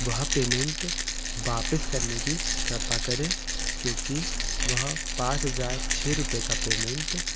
वह पेमेंट वापस करने कि कृपा करे क्योंकि वह पाँच हजार छः रूपए का पेमेंट